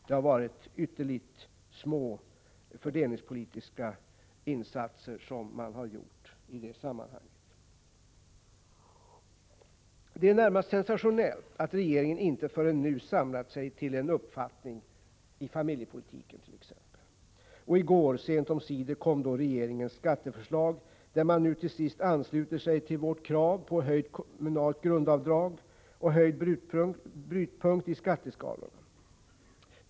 Det är ytterligt små fördelningspolitiska insatser som man har gjort i det sammanhanget. Det är närmast sensationellt att regeringen inte förrän nu samlat sig till en uppfattning om t.ex. familjepolitiken. Och i går — sent omsider — kom regeringens skatteförslag, där man nu till sist ansluter sig till vårt krav på höjt kommunalt grundavdrag och höjd brytpunkt i skatteskalorna.